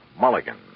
Mulligan